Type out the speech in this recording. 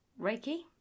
Reiki